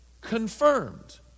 confirmed